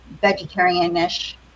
vegetarian-ish